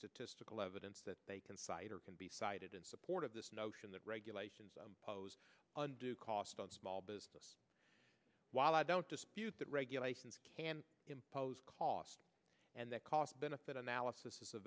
statistical evidence that they insider can be cited in support of this notion that regulations pose and do cost on small business while i don't dispute that regulations can impose costs and that cost benefit analysis is a